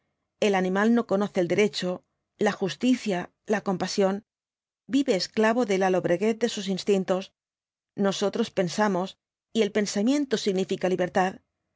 el animal no conoce el derecho la justicia la compasión vive esclavo de la lobreguez de sus instintos nosotros pensamos y el pensamiento significa libertad